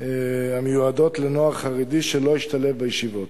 המיועדות לנוער חרדי שלא השתלב בישיבות.